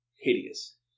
hideous